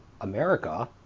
America